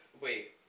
Wait